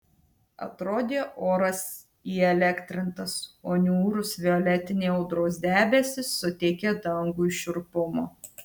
atrodė oras įelektrintas o niūrūs violetiniai audros debesys suteikė dangui šiurpumo